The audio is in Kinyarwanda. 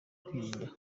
kwirinda